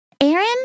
Aaron